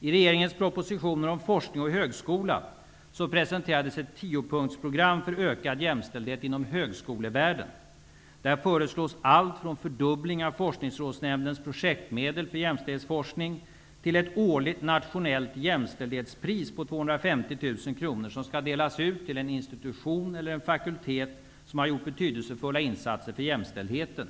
I regeringens propositioner om forskning och högskola presenteras ett tiopunktsprogram för ökad jämställdhet inom högskolevärlden. Där föreslås allt från fördubbling av Forskningsrådsnämndens projektmedel till jämställdhetsforskning till ett årligt nationellt jämställdhetspris på 250 000 kr som skall delas ut till en institution eller fakultet som gjort betydelsefulla insatser för jämställdheten.